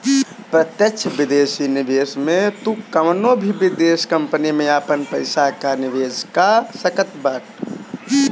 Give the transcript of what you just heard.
प्रत्यक्ष विदेशी निवेश में तू कवनो भी विदेश कंपनी में आपन पईसा कअ निवेश कअ सकत बाटअ